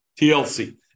TLC